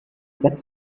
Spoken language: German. brett